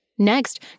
Next